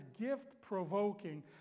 gift-provoking